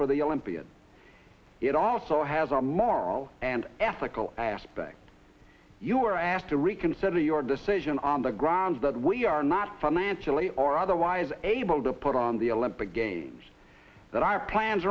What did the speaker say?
for the olympians it also has a moral and ethical aspect you were asked to reconsider your decision on the grounds that we are not financially or otherwise able to put on the olympic games that our plans